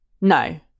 No